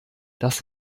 das